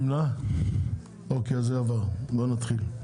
זה עבר ולכן נתחיל.